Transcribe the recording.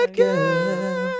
girl